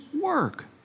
work